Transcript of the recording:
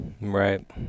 right